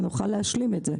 ונוכל להשלים את זה.